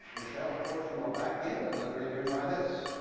michelle, of course, you are back in, and the three of you try this.